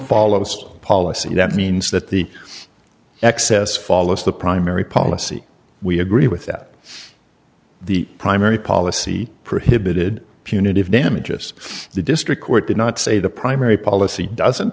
follows policy that means that the excess follows the primary policy we agree with that the primary policy prohibited punitive damages the district court did not say the primary policy doesn't